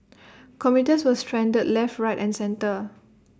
commuters were stranded left right and centre